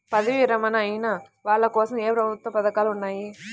పదవీ విరమణ అయిన వాళ్లకోసం ఏ ప్రభుత్వ పథకాలు ఉన్నాయి?